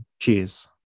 Cheers